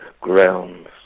grounds